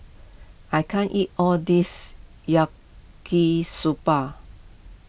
I can't eat all this Yaki Soba